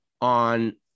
on